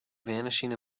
vanishing